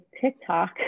TikTok